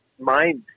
mind